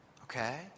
okay